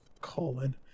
Colon